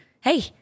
hey